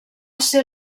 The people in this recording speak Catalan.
ser